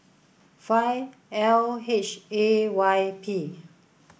five L H A Y P